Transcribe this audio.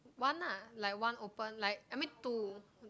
one lah like one open like I mean two